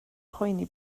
poeni